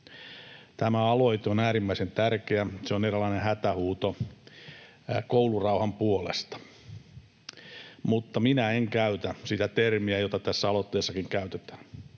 Tämä aloite on äärimmäisen tärkeä. Se on eräänlainen hätähuuto koulurauhan puolesta. Mutta minä en käytä sitä termiä, jota tässä aloitteessakin käytetään.